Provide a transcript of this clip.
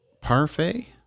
Parfait